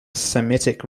semitic